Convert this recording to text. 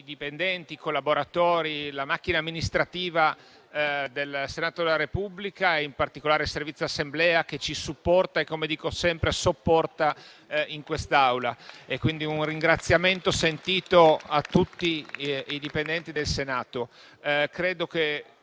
i dipendenti, i collaboratori, la macchina amministrativa del Senato della Repubblica e, in particolare, il Servizio dell'Assemblea, che ci supporta e, come dico sempre, sopporta in quest'Aula. Il mio è quindi un ringraziamento sentito a tutti i dipendenti del Senato.